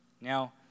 Now